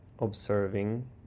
Observing